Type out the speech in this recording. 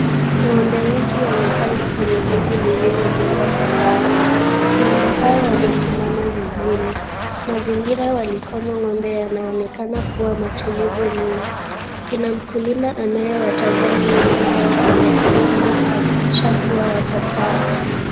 Ng'ombe wengi wamepangwa kwenye zizi lililojengwa kwa mbao. Ng'ombe hawa wamesimama zizini. Mazingira walikomo ng'ombe yanaonekana kuwa matulivu mno. Kuna mkulima anayewatazama ng'ombe hao kwa makini, ili kuhakikisha kuwa wako sawa.